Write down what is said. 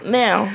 now